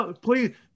Please